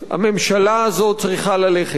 הממשלה הזאת צריכה ללכת,